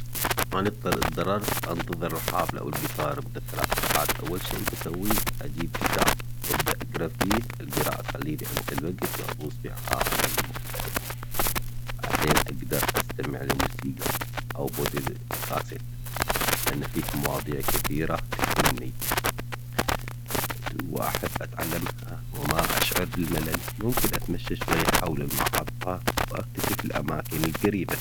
عن طريق ضررت انتظر الحبل او القطار مدة ثلاث ساعات اول شي بسويه اجيب كتاب وابدأ القراءة تخليني انزل وقت واغوص في عالم مختلف. بعدين اقدر استمع للموسيقى او لانه فيك مواضيع كثيرة تهمني وتقول واحب اتعلمها وما اشعر بالملل ممكن اتمشى شوية حول المحطة واكتشف الاماكن القريبة